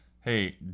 hey